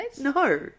No